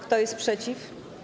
Kto jest przeciw?